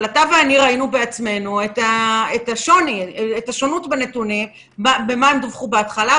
אתה ואני ראינו את השונות בנתונים איך הם דווחו בהתחלה,